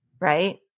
Right